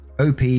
OP